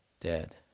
dead